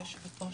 ברשותך,